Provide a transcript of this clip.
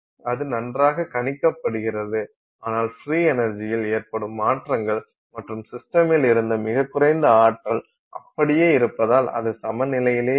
அது நன்றாகப் கணிக்கப்படுகிறது ஆனால் ஃப்ரீ எனர்ஜியில் ஏற்படும் மாற்றங்கள் மற்றும் சிஸ்ட்மில் இருந்த மிகக் குறைந்த ஆற்றல் அப்படியே இருப்பதால் அது சமநிலையிலேயே இருக்கும்